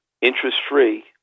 interest-free